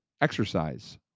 Exercise